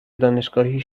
دانشگاهی